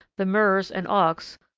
the murres and auks,